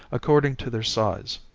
according to their size.